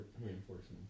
reinforcements